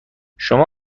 شما